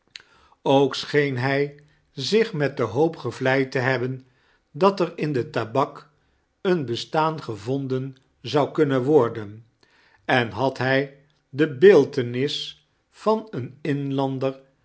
ook scheen hij zicjb met de hoop gevleid te hebben dat er in de tabak een bestaan gevondsfl iou kunnen worden en had hij ds beeltenis van een inlander